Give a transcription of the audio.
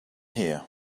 here